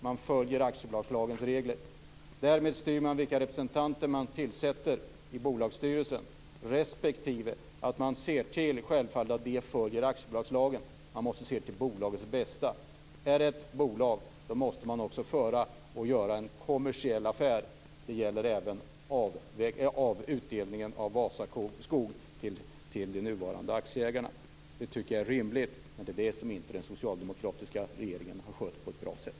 Man följer aktiebolagslagens regler. Därmed styr man vilka representanter man tillsätter i bolagsstyrelsen respektive att man självfallet ser till de följer aktiebolagslagen. Man måste se till bolagets bästa. Är det ett bolag måste man också göra en kommersiell affär. Det gäller även utdelningen av Vasaskog till de nuvarande aktieägarna. Det tycker jag är rimligt, men det är det som inte den socialdemokratiska regeringen har skött på ett bra sätt.